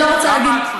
אני לא רוצה להגיד.